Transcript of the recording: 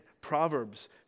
Proverbs